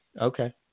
okay